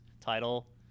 title